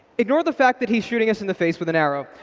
ignore the fact that he's shooting us in the face with an arrow.